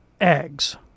eggs